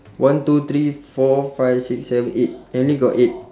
one two three four five six seven eight I only got eight